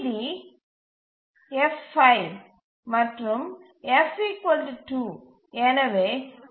D F 5 மற்றும் F 2 எனவே 4 1 ≤ 5